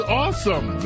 awesome